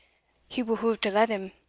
he behuved to let him,